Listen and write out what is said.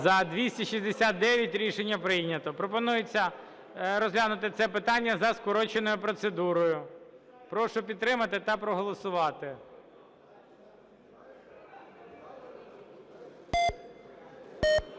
За-269 Рішення прийнято. Пропонується розглянути це питання за скороченою процедурою. Прошу підтримати та проголосувати.